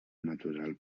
natural